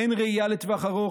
אין ראייה לטווח ארוך,